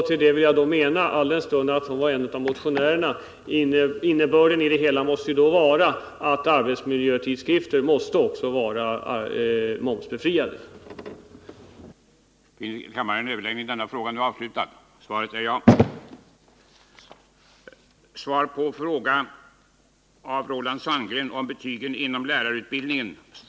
Kerstin Anér tillhörde motionärerna i frågan, och hennes uppfattning var alltså att arbetsmiljötidskrifter måste vara befriade från moms.